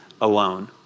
alone